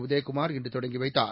உதயகுமார் இன்று தொடங்கி வைத்தார்